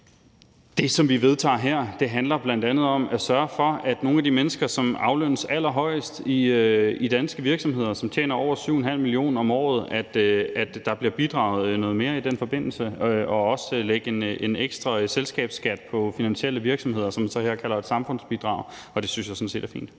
det, som vi vedtager her, handler bl.a. om at sørge for, at nogle af de mennesker, som aflønnes allerhøjst i danske virksomheder, som tjener over 7,5 mio. kr. om året, bidrager noget mere, og om, at der bliver lagt en ekstra selskabsskat på finansielle virksomheder, som jeg så kalder et samfundsbidrag, og det synes jeg sådan set er fint.